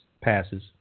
passes